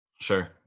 Sure